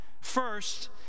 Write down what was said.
First